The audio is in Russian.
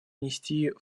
внести